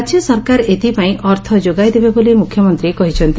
ରାଜ୍ୟ ସରକାର ଏଥିପାଇଁ ଅର୍ଥ ଯୋଗାଇ ଦେବେ ବୋଲି ମୁଖ୍ୟମନ୍ତୀ କହିଛନ୍ତି